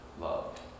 love